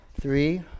Three